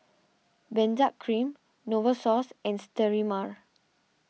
Benzac Cream Novosource and Sterimar